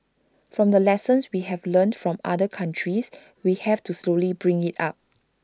from the lessons we have learnt from other countries we have to slowly bring IT up